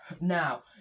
Now